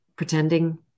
pretending